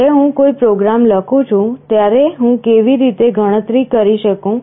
જ્યારે હું કોઈ પ્રોગ્રામ લખું છું ત્યારે હું કેવી રીતે ગણતરી કરી શકું